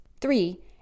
Three